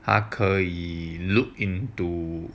他可以 look into